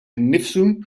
innifsu